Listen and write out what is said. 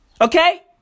Okay